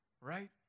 right